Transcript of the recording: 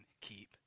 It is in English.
Keep